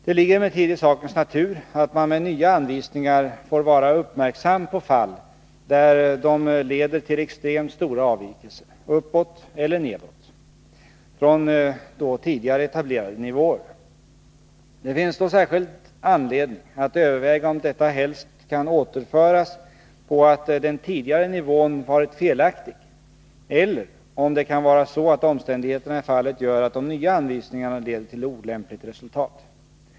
Det ligger emellertid i sakens natur att man med nya anvisningar får vara uppmärksam på fall där de leder till extremt stora avvikelser — uppåt eller nedåt — från tidigare etablerade nivåer. Det finns då särskild anledning att överväga om detta helt kan återföras på att den tidigare nivån varit felaktig eller om det kan vara så att omständigheterna i fallet gör att de nya anvisningarna leder till ett olämpligt resultat.